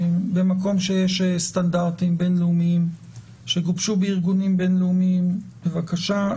במקום שיש סטנדרטים בין-לאומיים שגובשו בארגונים בין-לאומיים בבקשה.